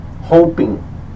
Hoping